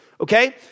Okay